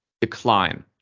decline